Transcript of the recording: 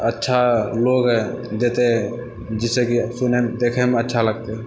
अच्छा लुक देतै जाहिसँकि सुनै देखैमे अच्छा लगतै